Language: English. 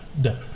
Done